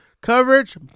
coverage